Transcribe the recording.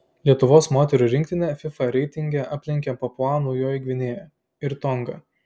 lietuvos moterų rinktinę fifa reitinge aplenkė papua naujoji gvinėja ir tonga